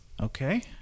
Okay